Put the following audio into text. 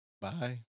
Bye